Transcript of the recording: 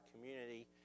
community